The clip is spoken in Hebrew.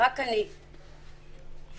רק אני,